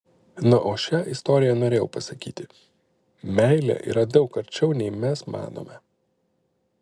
na o šia istorija norėjau pasakyti meilė yra daug arčiau nei mes manome